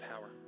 power